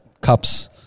cups